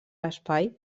espai